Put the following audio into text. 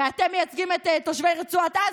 הרי אתם מייצגים את תושבי רצועת עזה,